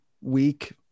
week